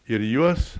ir juos